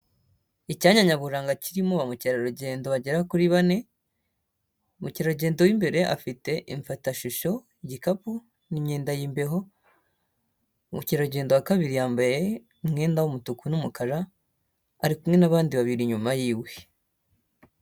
Icyanya nyaburanga kirimo abakerarugendo bagera kuri bane, mukerarugendo w'imbere afite imfatashusho, igikapu n'imyenda y'imbeho, mukerarugendo wa kabiri yambaye umwenda w'umutuku n'umukara, ari kumwe n'abandi babiri inyuma y'iwe.